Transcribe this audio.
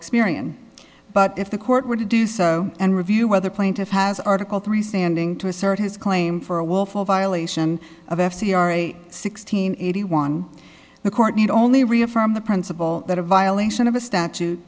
experian but if the court were to do so and review whether plaintiff has article three standing to assert his claim for a willful violation of f c r a sixteen eighty one the court only reaffirm the principle that a violation of a statute